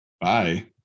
bye